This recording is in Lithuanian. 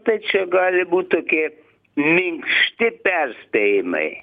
tai čia gali būt tokie minkšti perspėjimai